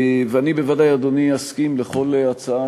תומכת בהצעת